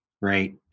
right